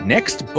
Next